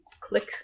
click